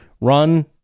run